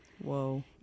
Whoa